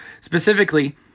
Specifically